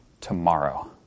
tomorrow